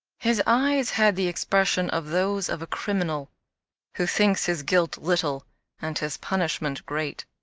his eyes had the expression of those of a criminal who thinks his guilt little and his punishment great,